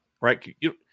right